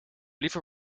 liever